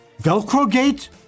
Velcro-gate